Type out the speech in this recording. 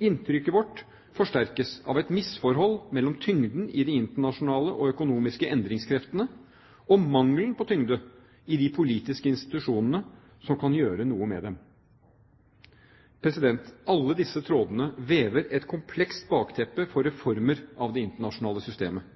Inntrykket vårt forsterkes av et misforhold mellom tyngden i de internasjonale og økonomiske endringskreftene og mangelen på tyngde i de politiske institusjonene som kan gjøre noe med dem. Alle disse trådene vever et komplekst bakteppe for reformer av det internasjonale systemet.